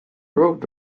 road